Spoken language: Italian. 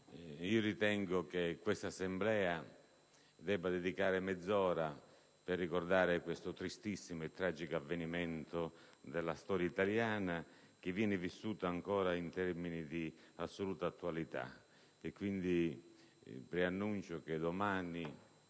Ritengo che questa Assemblea debba dedicare mezz'ora per ricordare questo tristissimo e tragico avvenimento della storia italiana, che viene ancora vissuto in termini di assoluta attualità.